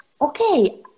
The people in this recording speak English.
okay